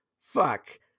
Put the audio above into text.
fuck